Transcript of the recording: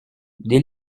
des